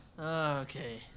Okay